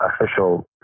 official